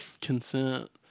consent